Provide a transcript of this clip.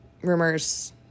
rumors